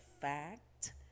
fact